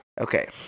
Okay